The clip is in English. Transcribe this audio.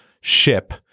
ship